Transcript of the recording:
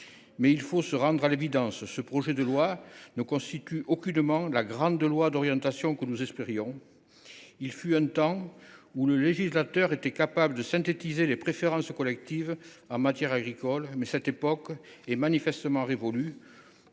Mais il faut se rendre à l’évidence, ce projet de loi ne deviendra aucunement la grande loi d’orientation que nous espérions. Il fut un temps où le législateur était capable de synthétiser les préférences collectives en matière agricole, mais cette époque est manifestement révolue,